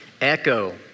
Echo